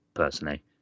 Personally